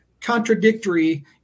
contradictory